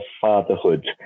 fatherhood